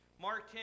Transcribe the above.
Mark